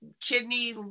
kidney